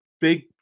big